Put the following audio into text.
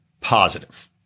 positive